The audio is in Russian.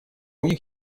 них